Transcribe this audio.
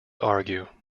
argue